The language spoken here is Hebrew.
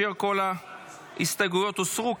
כאשר כל ההסתייגות הוסרו,